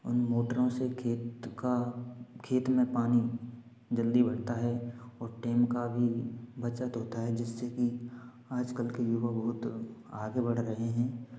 उन मोटरों से खेत का खेत में पानी जल्दी भरता है और टाइम का भी बचत होता है जिससे कि आज कल के युवा बहुत आगे बढ़ रहे हैं